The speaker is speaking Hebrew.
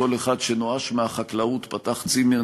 שכל אחד שנואש מהחקלאות פתח צימר,